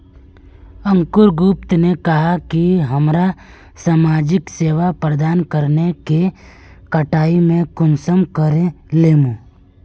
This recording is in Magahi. अंकूर गुप्ता ने कहाँ की हमरा समाजिक सेवा प्रदान करने के कटाई में कुंसम करे लेमु?